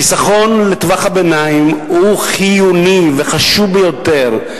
חיסכון לטווח הביניים הוא חיוני וחשוב ביותר.